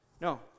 No